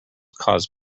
caused